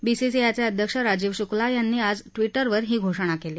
बीसीसीआयचे सदस्य राजीव शुक्ला यांनी आज ट्वीटरवर ही घोषणा केली